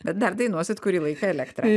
dar dainuosit kurį laiką elektrą